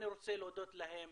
אני רוצה להודות להם